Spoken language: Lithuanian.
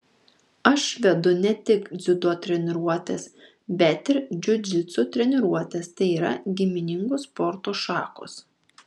aš vedu ne tik dziudo treniruotes bet ir džiudžitsu treniruotes tai yra giminingos sporto šakos